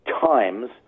times